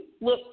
look